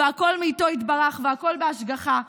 והכול מאיתו יתברך והכול בהשגחה,